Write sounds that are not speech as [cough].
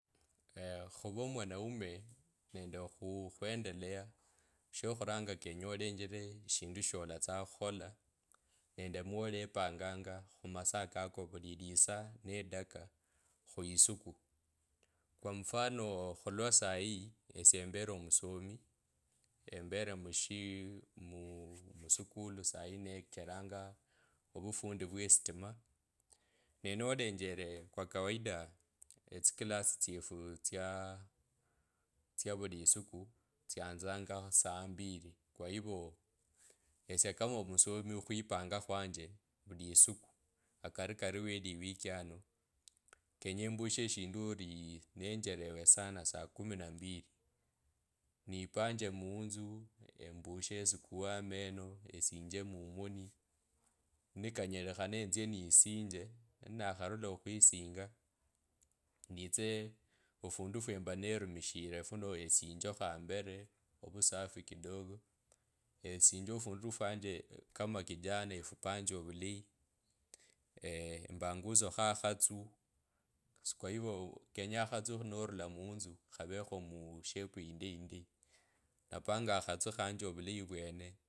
[hesitation] khuva omwanaume nende oku khwendeleya shokhuranga kenye olenjele shindu sholatsanga okhukhola nende mwaolepanganga khu masaa kako vuli yesa na daka khuisuku kw mfano khulwa sayi esie embele mushii muskulu sayi necheranga ovufundi vye estima nelengele kwa kawaida etsikila si tsiefu tsiaa tsya vulisiku tsanzanga saa mbili kwa hiy esie kama omusomi kwapanda khwanje vulisiku okarikari we liwiki ano kenye embushe shindu ori nenjelewa sana saa kume na mbiri nipanje munzu embushe esukuwe amene esinje mumoni nikanyelikhana etsye nisinje ninakharura okhwisinga nitse ofundu fwemba nerumushire funo esinjekho ambere ovusafi kidogo esinje ofundu fwanje kama kijana efupanje ovulaye [hesitation] embakhusokha okhatsa kwa hivyo kenye akhatsu norula munzu okhavekho muu mushepu yindeyi nampanga akhatsa khanje ovulayi nyene.